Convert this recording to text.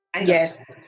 Yes